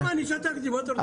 למה אני שתקתי, מה אתה רוצה.